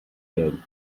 inhale